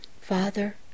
Father